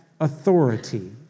authority